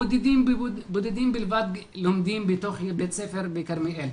בודדים בלבד לומדים בתוך בית ספר בכרמיאל.